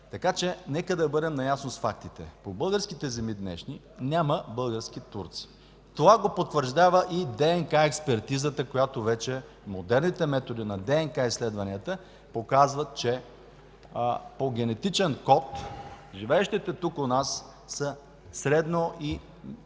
Така че нека да бъдем наясно с фактите. По днешните български земи няма български турци. Това го потвърждава и ДНК експертизата, която вече с модерните методи на ДНК изследванията показва, че по генетичен код живеещите тук, у нас, са средно- и